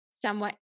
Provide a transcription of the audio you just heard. Somewhat